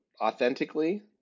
authentically